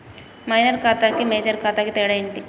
Minor ఖాతా కి major ఖాతా కి తేడా ఏంటి?